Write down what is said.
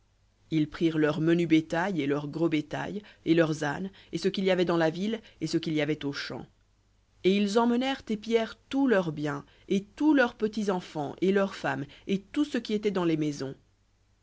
ils prirent leur menu bétail et leur gros bétail et leurs ânes et ce qu'il y avait dans la ville et ce qu'il y avait aux champs et ils emmenèrent et pillèrent tous leurs biens et tous leurs petits enfants et leurs femmes et tout ce qui était dans les maisons